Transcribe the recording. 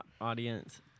audience